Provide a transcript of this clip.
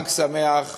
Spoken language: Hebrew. חג שמח